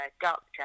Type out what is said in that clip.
doctor